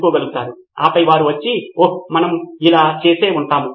కాబట్టి ఉత్తమ సహకారికి అధ్యయన పరంగా కూడా సానుకూలంగా ఉంటుంది